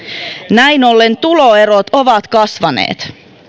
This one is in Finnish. näin ollen tuloerot ovat kasvaneet